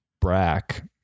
brack